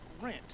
rent